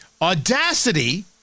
Audacity